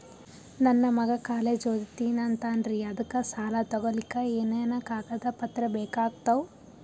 ನನ್ನ ಮಗ ಕಾಲೇಜ್ ಓದತಿನಿಂತಾನ್ರಿ ಅದಕ ಸಾಲಾ ತೊಗೊಲಿಕ ಎನೆನ ಕಾಗದ ಪತ್ರ ಬೇಕಾಗ್ತಾವು?